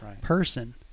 person